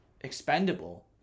expendable